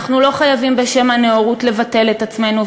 אנחנו לא חייבים בשם הנאורות לבטל את עצמנו,